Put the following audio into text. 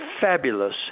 fabulous